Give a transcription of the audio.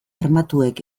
armatuek